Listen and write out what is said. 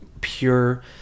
pure